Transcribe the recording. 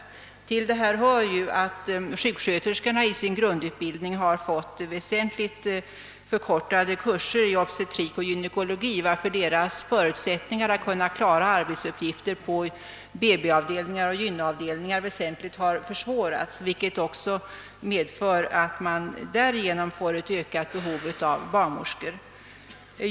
Härtill kommer att sjuksköterskorna i sin grundutbildning fått väsentligt förkortade kurser i obstetrik och gynekologi, varför deras förutsättningar att kunna klara arbetsuppgifter på BB-avdelningar och gynekologavdelningar i stor utsträckning minskas. Detta leder i sin tur till att behovet av barnmorskor ytterligare ökar.